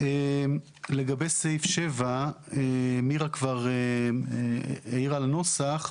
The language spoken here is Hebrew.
לגבי סעיף 7, מירה כבר העירה על הנוסח.